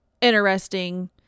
interesting